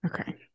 Okay